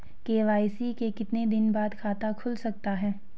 KYC के कितने दिन बाद खाता खुल सकता है?